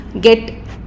get